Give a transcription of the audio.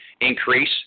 increase